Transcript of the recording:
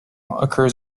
occurs